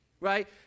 right